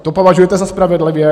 To považujete za spravedlivé?